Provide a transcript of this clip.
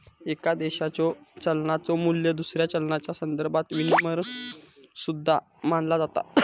एका देशाच्यो चलनाचो मू्ल्य दुसऱ्या चलनाच्यो संदर्भात विनिमय दर सुद्धा मानला जाता